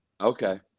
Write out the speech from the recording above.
okay